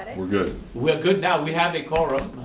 we're good. we are good now. we had a decorum.